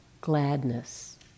gladness